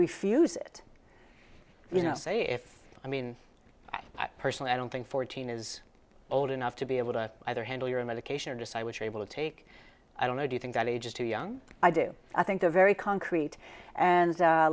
refuse it you know say if i mean i personally i don't think fourteen is old enough to be able to either handle your medication or decide which able to take i don't know do you think that age is too young i do i think they're very concrete and